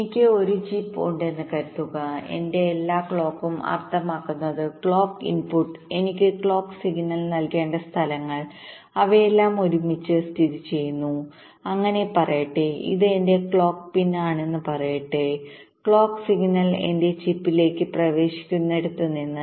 എനിക്ക് ഒരു ചിപ്പ് ഉണ്ടെന്ന് കരുതുക എന്റെ എല്ലാ ക്ലോക്കും അർത്ഥമാക്കുന്നത് ക്ലോക്ക് ഇൻപുട്ട് എനിക്ക് ക്ലോക്ക് സിഗ്നൽ നൽകേണ്ട സ്ഥലങ്ങൾ അവയെല്ലാം ഒരുമിച്ച് സ്ഥിതിചെയ്യുന്നു ഇങ്ങനെ പറയട്ടെ ഇത് എന്റെ ക്ലോക്ക് പിൻ ആണെന്ന് പറയട്ടെ ക്ലോക്ക് സിഗ്നൽ എന്റെ ചിപ്പിലേക്ക് പ്രവേശിക്കുന്നിടത്ത് നിന്ന്